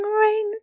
rain